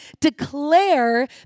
declare